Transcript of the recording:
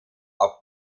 auch